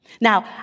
Now